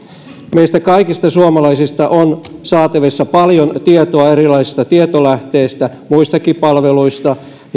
meistä kaikista suomalaisista on saatavissa paljon tietoa erilaisista tietolähteistä muistakin palveluista